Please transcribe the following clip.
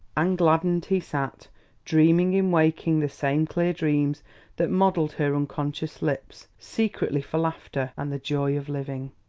and gladdened he sat dreaming in waking the same clear dreams that modeled her unconscious lips secretly for laughter and the joy of living.